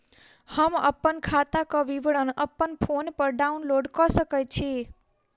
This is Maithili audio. हम अप्पन खाताक विवरण अप्पन फोन पर डाउनलोड कऽ सकैत छी?